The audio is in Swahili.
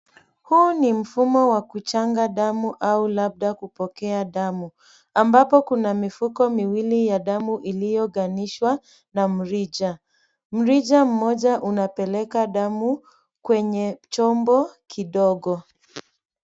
Huu ni mfumo wa kuchanga damu au labda kupokea damu, ambapo kuna mifuko miwili ya damu iliyounganishwa na mrija. Mrija mmoja unapeleka damu kwenye chombo kidogo.